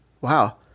wow